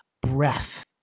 breath